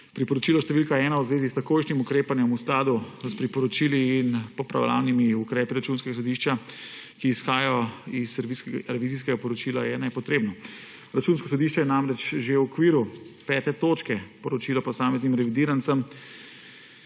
Priporočilo številka 1 v zvezi s takojšnjim ukrepanjem v skladu s priporočili in popravljalnimi ukrepi Računskega sodišča, ki izhajajo iz revizijskega poročila, je nepotrebno. Računsko sodišče je namreč že v okviru 5. točke poročila posameznim revidirancem